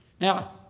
Now